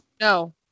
No